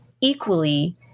equally